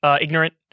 ignorant